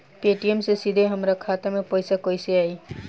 Paytm से सीधे हमरा खाता मे पईसा कइसे आई?